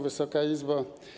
Wysoka Izbo!